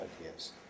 ideas